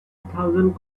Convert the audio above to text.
thousand